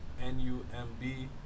N-U-M-B